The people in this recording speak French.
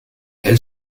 elle